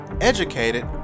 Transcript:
educated